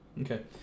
Okay